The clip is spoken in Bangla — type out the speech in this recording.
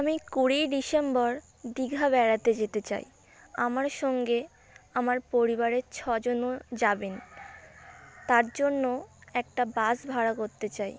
আমি কুড়ি ডিসেম্বর দীঘা বেড়াতে যেতে চাই আমার সঙ্গে আমার পরিবারের ছজনও যাবেন তার জন্য একটা বাস ভাড়া করতে চাই